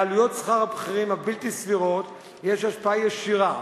לעלויות שכר הבכירים הבלתי סבירות יש השפעה ישירה